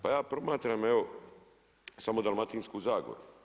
Pa ja promatram evo, samo Dalmatinsku zagoru.